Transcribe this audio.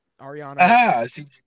Ariana